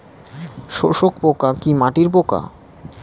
শোষক পোকা কি মাটির পোকা?